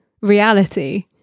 reality